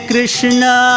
Krishna